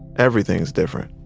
everything's different.